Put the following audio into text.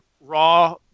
raw